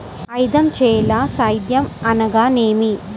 ఐదంచెల సేద్యం అనగా నేమి?